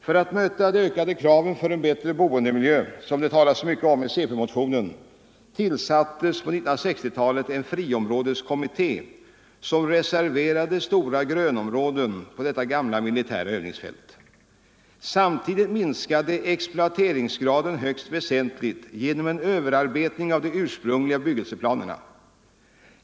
För att möta de ökade kraven på en bättre boendemiljö - som det talas så mycket om i centerpartimotionen — tillsattes på 1960-talet en friområdeskommitté, som reserverade stora grönområden på detta gamla militära övningsfält. Samtidigt minskades exploateringsgraden högst väsentligt genom en överarbetning av de ursprungliga bebyggelseplanerna.